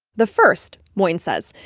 the first, moin says,